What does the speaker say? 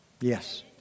Yes